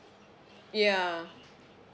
yeah